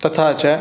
तथा च